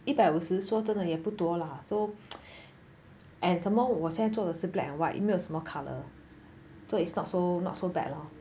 一百五十说是真的也不多啦 so and some more 我现在做的是 black and white 没有什么 colour so it's not so not so bad lah